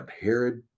Herod